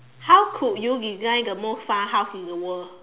how could you design the most fun house in the world